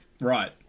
Right